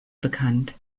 bekannt